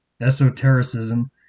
esotericism